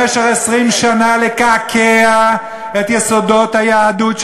במשך 20 שנה לקעקע את יסודות היהדות של